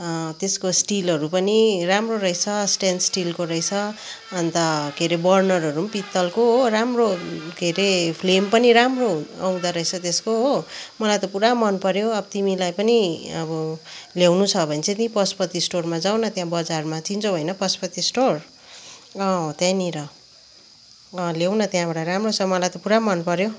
त्यसको स्टिलहरू पनि राम्रो रहेछ स्टेन स्टिलको रहेछ अन्त के अरे बर्नरहरू पनि पित्तलको हो राम्रो के अरे फ्लेम पनि राम्रो आउँदो रहेछ त्यसको हो मलाई त पूरा मनपऱ्यो अब तिमीलाई पनि अब ल्याउनु छ भने चाहिँ त्यहीँ पशुपति स्टोरमा जाऊ न त्यहाँ बाजारमा चिन्छौ होइन पशुपति स्टोर अँ त्यहाँनिर ल्याउ न त्यहाँबाट राम्रो छ मलाई त पुरा मनपऱ्यो